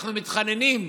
אנחנו מתחננים: